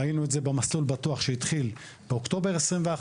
ראינו את זה ב"מסלול בטוח" שהתחיל באוקטובר 2021,